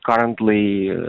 Currently